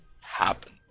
happen